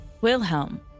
Wilhelm